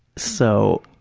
so.